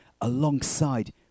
alongside